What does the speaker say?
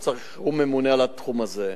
שהוא הממונה על התחום הזה.